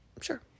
sure